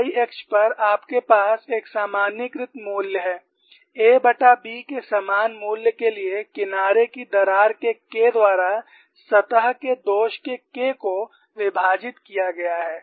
y अक्ष पर आपके पास एक सामान्यीकृत मूल्य है aB के समान मूल्य के लिए किनारे की दरार के K द्वारा सतह के दोष के K को विभाजित किया गया है